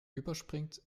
überspringt